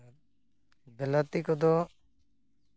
ᱵᱤᱞᱟᱹᱛᱤ ᱠᱚᱫᱚ